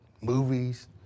movies